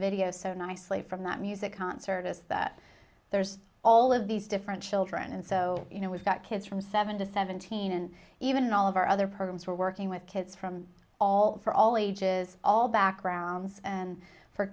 video so nicely from that music concert is that there's all of these different children and so you know we've got kids from seven to seventeen and even all of our other programs we're working with kids from all for all ages all backgrounds and for